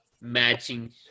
matching